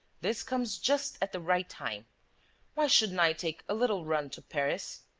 this comes just at the right time why shouldn't i take a little run to paris?